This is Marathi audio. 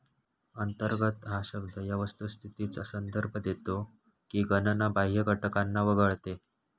अंतर्गत हा शब्द या वस्तुस्थितीचा संदर्भ देतो की गणना बाह्य घटकांना वगळते